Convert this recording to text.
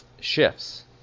shifts